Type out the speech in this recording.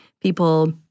people